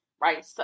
right